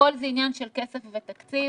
הכול זה עניין של כסף ותקציב.